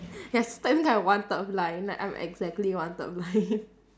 yes not even kind of one third blind like I'm exactly one third blind